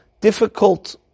difficult